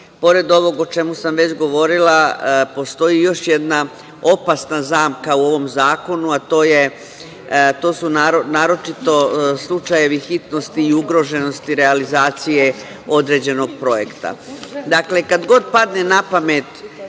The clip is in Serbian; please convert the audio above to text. ovog o čemu sam već govorila postoji još jedna opasna zamka u ovom zakonu, a to su naročito slučajevi hitnosti i ugroženosti realizacije određenog projekta. Dakle,